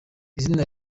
izina